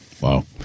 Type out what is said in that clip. Wow